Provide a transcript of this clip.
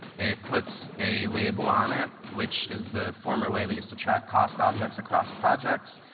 it puts a label on it, which is the former way we used to track cost objects across projects.